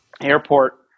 airport